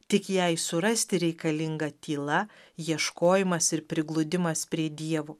tik jai surasti reikalinga tyla ieškojimas ir prigludimas prie dievo